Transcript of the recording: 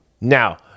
Now